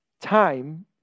Time